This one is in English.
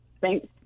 Thanks